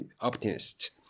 optimist